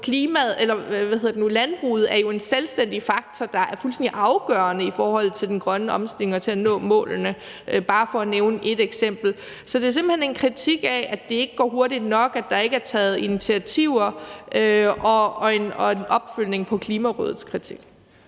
Landbruget er jo en selvstændig faktor, der er fuldstændig afgørende i forhold til den grønne omstilling og i forhold til at nå målene – bare for at nævne ét eksempel. Så det er simpelt hen en kritik af, at det ikke går hurtigt nok og der ikke er taget initiativer, og en opfølgning på Klimarådets kritik.